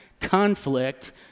conflict